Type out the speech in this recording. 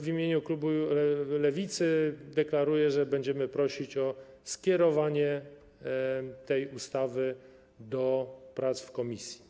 W imieniu klubu Lewicy deklaruję, że będziemy prosić o skierowanie tej ustawy do prac w komisji.